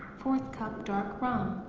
four cup dark rum.